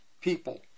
people